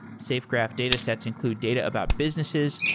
safegraph datasets include data about businesses,